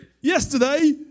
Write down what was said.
yesterday